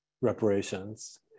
reparations